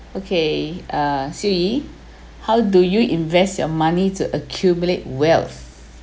okay uh see how do you invest your money to accumulate wealth